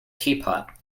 teapot